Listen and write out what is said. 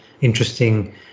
interesting